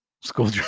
School